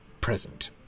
present